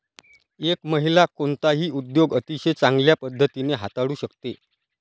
एक महिला कोणताही उद्योग अतिशय चांगल्या पद्धतीने हाताळू शकते